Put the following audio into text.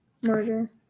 murder